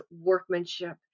workmanship